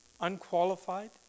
Unqualified